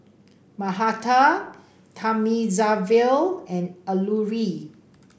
Mahatma Thamizhavel and Alluri